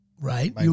Right